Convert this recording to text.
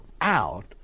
out